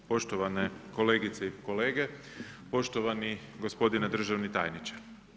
Poštovane kolegice i kolege, poštovani gospodine državni tajniče.